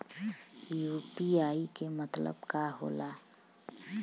UPI के मतलब का होला?